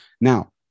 Now